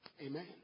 Amen